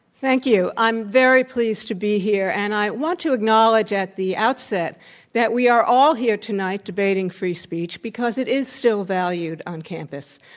thank you. i'm very pleased to be here, and i want to acknowledge at the outset that we are all here tonight debating free speech because it is still valued on campus.